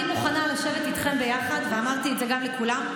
אני מוכנה לשבת איתכם יחד, ואמרתי את זה לכולם.